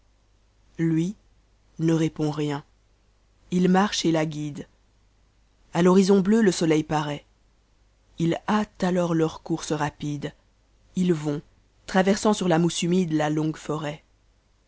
lui ne répond rien h marche et la gu de a fhorïzon bleu le sotem paraît ils mtent alors leur course rapide ils vont traversant sur la mousse humide la longue forêt